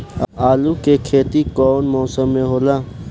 आलू के खेती कउन मौसम में होला?